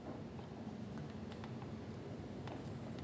!wah! the bond is the [one] that cannot get broken brother that [one] is just won't